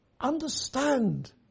Understand